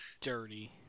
dirty